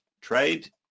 trade